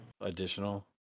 additional